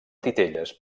titelles